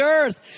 earth